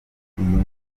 nkuru